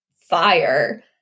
fire